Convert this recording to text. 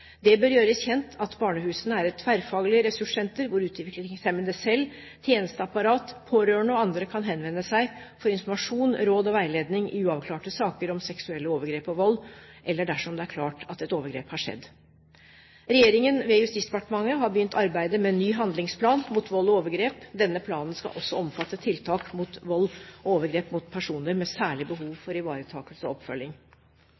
Det bør gjøres kjent at barnehusene er et tverrfaglig ressurssenter, hvor utviklingshemmede selv, tjenesteapparatet, pårørende og andre kan henvende seg for informasjon, råd og veiledning i uavklarte saker om seksuelle overgrep og vold, eller dersom det er klart at et overgrep har skjedd. Regjeringen, ved Justisdepartementet, har begynt arbeidet med en ny handlingsplan mot vold og overgrep. Denne planen skal også omfatte tiltak mot vold og overgrep mot personer med særlig